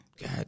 God